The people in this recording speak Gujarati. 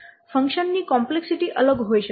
ફંકશન ની કોમ્પ્લેક્સિટી અલગ હોઈ શકે છે